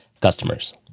customers